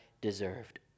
deserved